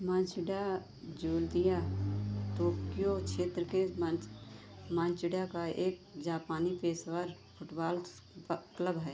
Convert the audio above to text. Machida Zelvia Tokyo क्षेत्र के Machida का एक जापानी पेशेवर फुटबाल्स क्लब है